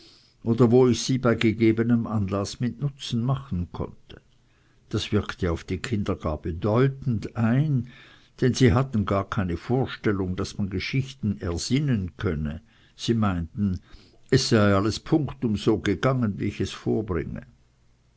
oder ich sie bei gegebenem anlaß mit nutzen machen konnte das wirkte auf die kinder gar bedeutend ein denn sie hatten gar keine vorstellung daß man geschichten ersinnen könne sie meinten es sei alles punktum so gegangen wie ich es vorbringe